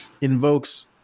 invokes